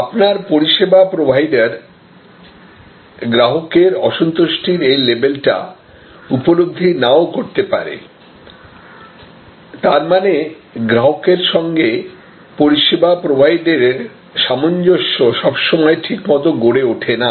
আপনার পরিষেবা প্রোভাইডার গ্রাহকের অসন্তুষ্টির এই লেভেলটা উপলব্ধি না ও করতে পারে তার মানে গ্রাহকের সঙ্গে পরিষেবা প্রোভাইডারের সামঞ্জস্য সবসময় ঠিকমতো গড়ে ওঠে না